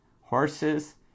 Horses